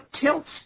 tilts